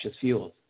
fuels